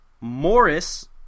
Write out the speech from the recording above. Morris